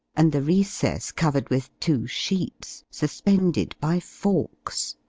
and the recess covered with two sheets suspended by forks.